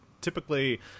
typically